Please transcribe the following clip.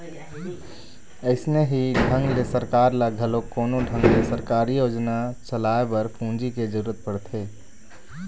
अइसने ही ढंग ले सरकार ल घलोक कोनो ढंग ले सरकारी योजना चलाए बर पूंजी के जरुरत पड़थे